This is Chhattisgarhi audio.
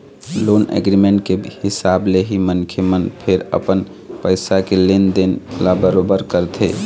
लोन एग्रीमेंट के हिसाब ले ही मनखे मन फेर अपन पइसा के लेन देन ल बरोबर करथे